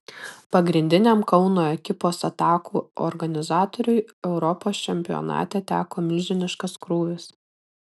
pagrindiniam kauno ekipos atakų organizatoriui europos čempionate teko milžiniškas krūvis